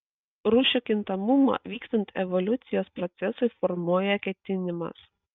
rūšių kintamumą vykstant evoliucijos procesui formuoja ketinimas